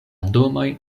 domoj